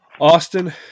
Austin